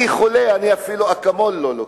גם כשאני חולה, אפילו "אקמול" אני לא לוקח.